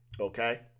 Okay